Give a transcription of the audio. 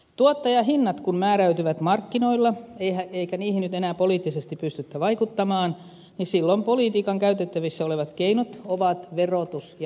tuottajahinnat kun määräytyvät markkinoilla eikä niihin nyt enää poliittisesti pystytä vaikuttamaan niin silloin politiikan käytettävissä olevat keinot ovat verotus ja investointituet